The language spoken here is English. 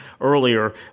earlier